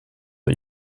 but